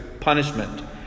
punishment